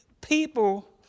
people